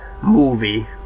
movie